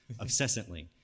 obsessively